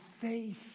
faith